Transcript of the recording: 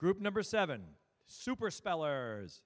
group number seven super speller